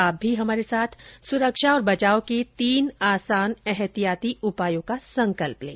आप भी हमारे साथ सुरक्षा और बचाव के तीन आसान एहतियाती उपायों का संकल्प लें